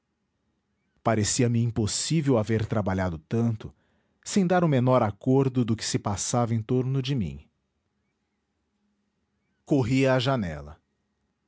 cúmplice parecia-me impossível haver trabalhado tanto sem dar o menor acordo do que se passava em torno de mim corri à janela